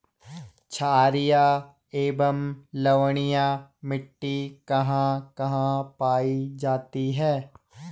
छारीय एवं लवणीय मिट्टी कहां कहां पायी जाती है?